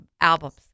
albums